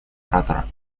оратора